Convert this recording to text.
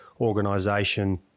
organization